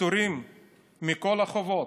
פטורים מכל החובות.